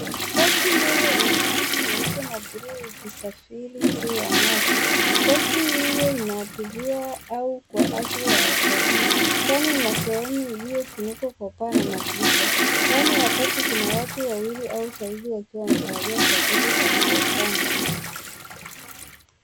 Boti dogo lenye rangi nyeupe na buluu likisafiri juu ya maji. Boti hiyo ina abiria au kwa ajili ya watalii kwani ina sehemu iliyofunikwa kwa paa na madirisha. Ndani ya boti kuna watu wawili au zaidi wakiwa wamevalia jaketi za kuokoa maisha.